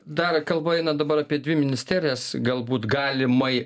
dar kalba eina dabar apie dvi ministerijas galbūt galimai